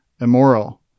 immoral